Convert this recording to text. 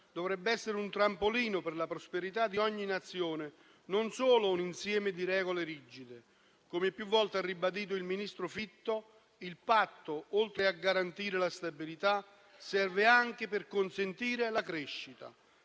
dovrebbe essere un trampolino per la prosperità di ogni Nazione e non solo un insieme di regole rigide. Come più volte ha ribadito il ministro Fitto, il Patto, oltre a garantire la stabilità, serve anche per consentire la crescita.